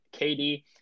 KD